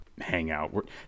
hangout